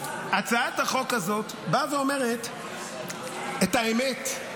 הצעת החוק הזאת באה ואומרת את האמת,